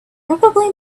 probably